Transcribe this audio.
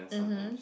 mmhmm